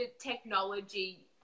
technology